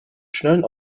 schnellen